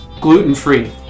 gluten-free